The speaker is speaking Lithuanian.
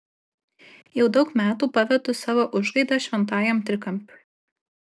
jau daug metų pavedu savo užgaidas šventajam trikampiui